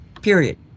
period